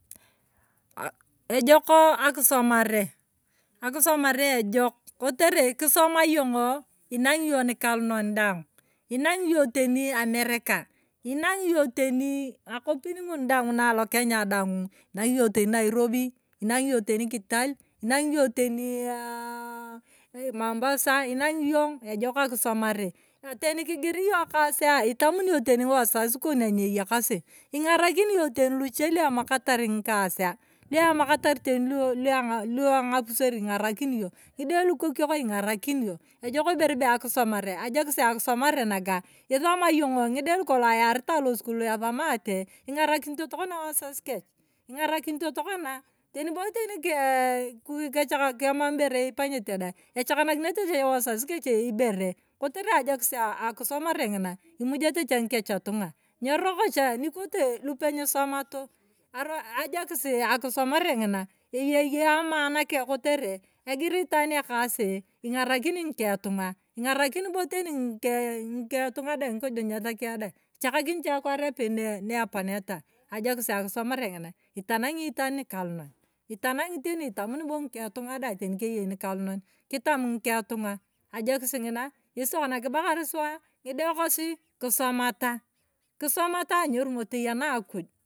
Aa ejok akisomare, akisomare ejok kotere kisoma yong'oo inang'iyong nikalinon daana, inang'iyong teni amerika. inang'iyong teni ng'akopin ng'una daana na lokenya daang. Mang'iyong teni nairobi. inang'iyong teni kital, inang'iyong teni aaa mambasa. inang'iyong ejok akisomare teni kingiryong ekasiaa itamuniyona teni wazazi kon anieyakasi. ing'arakini yong teni luchie luemakatar ng'ikasia. luemakatar lualua ng'apuser ing'arakini yong ng'idae lukokok ingarakini yong. Ejok iberebe akisomare ejokik akisomare naka isomaa yong' ng'idae lukolong nyaritai losukul ethomate ing'arakinto tokona wazaz kech. ing'arakinto tokona teni bo tokona ee kechakaki kemam ibere ipanyete dar. echakanakinete cha wazazi kech ibere katere. Ajokis akisomare ng'ina imujete cha ng'ikech tung'a. nyoroko cha nyikote tupenyisomato aar ajokis akisomare ng'ina eyesiamaan keng ketere egirii itaan ekasii ingarakani nyikengetunga. ingakarani bo akware apei nei eponeta ajukis akisomare ngiina itanang'i itaan mikalunon, itanang'teeni itamuni bo ng'iketunga ajokis ngina ngesi tokona kibalari suwa ng'ide tunga ajokis ngina ngesi tokona kibalari suwa ng'de kosi kisomota. kisomata anieru tegena akuj.